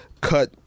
cut